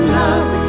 love